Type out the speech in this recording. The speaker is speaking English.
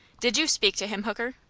did you speak to him, hooker?